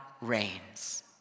reigns